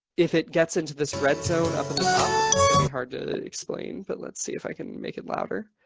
if it gets into this red zone up hard to explain but let's see if i can make it louder.